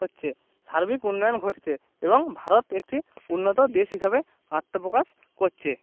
হচ্ছে সার্বিক উন্নয়ন ঘটছে এবং ভারত একটি উন্নত দেশ হিসাবে আত্মপ্রকাশ করছে